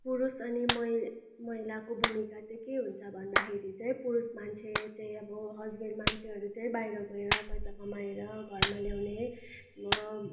पुरुष अनि महि महिलाको भूमिका चाहिँ के हुन्छ भन्दाखेरि चाहिँ पुरुष मान्छे चाहिँ अब हस्बेन्ड मान्छेहरू चाहिँ बाहिर गएर पैसा कमाएर घरमा ल्याउने म